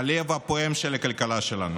הלב הפועם של הכלכלה שלנו.